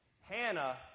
Hannah